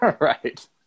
Right